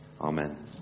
Amen